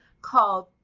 called